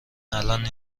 الان